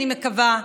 אני מקווה,